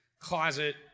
closet